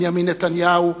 בנימין נתניהו,